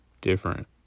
different